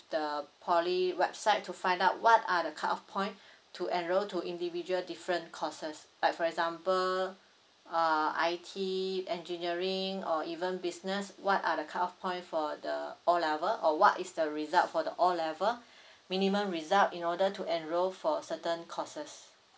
the poly website to find out what are the cut off point to enrol to individual different courses like for example uh I_T engineering or even business what are the cut off point for the o level or what is the result for the o level minimum result in order to enrol for certain courses